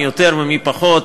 מי יותר ומי פחות,